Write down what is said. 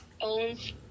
owns